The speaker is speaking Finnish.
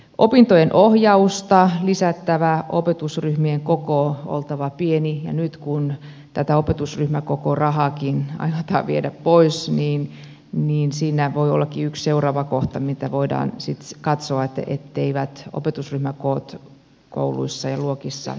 opintojen ohjausta on lisättävä opetusryh mien koon on oltava pieni ja nyt kun tätä opetusryhmäkokorahaakin aiotaan viedä pois niin siinä voi ollakin yksi seuraava kohta jota voidaan sitten katsoa etteivät opetusryhmäkoot kouluissa ja luokissa kasva